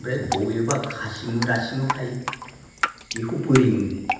ओमफ्राय बबेबा खासि मुरा सिङाव थायो बेखौ बोरै मोनो